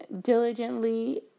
diligently